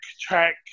track